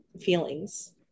feelings